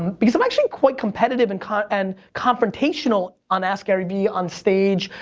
because i'm actually quite competitive and kind of and confrontational on askgaryvee, on stage,